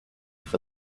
for